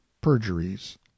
perjuries